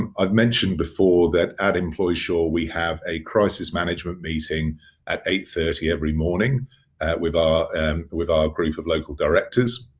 um i've mentioned before that at employsure, we have a crisis management meeting at eight thirty every morning with our with our group of local directors.